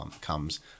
comes